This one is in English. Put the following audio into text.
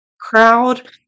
crowd